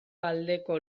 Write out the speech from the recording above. aldeko